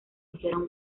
hicieron